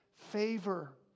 favor